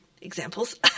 examples